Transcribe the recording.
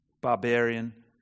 barbarian